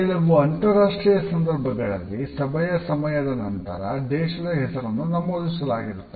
ಕೆಲವು ಅಂತರಾಷ್ಟ್ರೀಯ ಸಂದರ್ಭಗಳಲ್ಲಿ ಸಭೆಯ ಸಮಯದ ನಂತರ ದೇಶದ ಹೆಸರನ್ನು ನಮೂದಿಸಲಾಗಿರುತ್ತದೆ